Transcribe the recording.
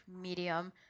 medium